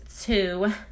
two